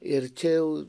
ir čia jau